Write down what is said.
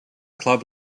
club